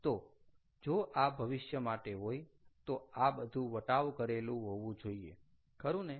તો જો આ ભવિષ્ય માટે હોય તો આ બધું વટાવ કરેલું હોવું જોઈએ ખરું ને